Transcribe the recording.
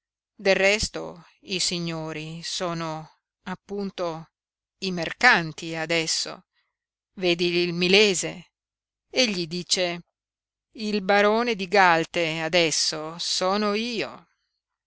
del resto i signori sono appunto i mercanti adesso vedi il milese egli dice il barone di galte adesso sono io